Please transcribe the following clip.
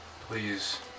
please